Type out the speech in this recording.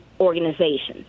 organizations